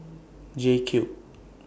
J Cube